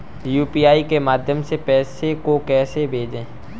UPI के माध्यम से पैसे को कैसे भेजें?